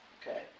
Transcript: Okay